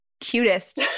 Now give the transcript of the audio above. cutest